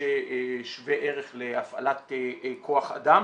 שווה ערך להפעלת כוח אדם